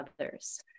others